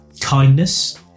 Kindness